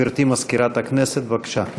גברתי מזכירת הכנסת, בבקשה.